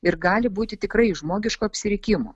ir gali būti tikrai žmogiškų apsirikimų